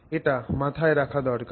এটা মাথায় রাখা দরকার